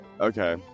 Okay